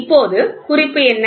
இப்போது குறிப்பு என்ன